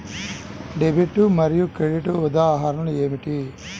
Debit మరియు credit ఉదాహరణలు ఏమిటీ?